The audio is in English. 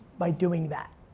by doing that,